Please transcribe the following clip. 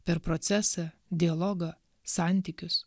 per procesą dialogą santykius